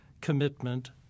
commitment